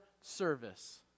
service